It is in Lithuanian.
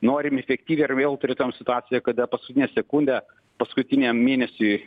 norim efektyviai ar vėl turėtumėm situaciją kada paskutinę sekundę paskutiniam mėnesiui